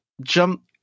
jump